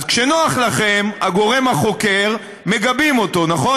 אז כשנוח לכם, הגורם החוקר, מגבים אותו, נכון?